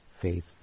faith